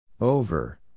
Over